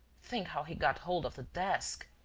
think how he got hold of the desk.